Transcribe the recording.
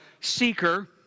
seeker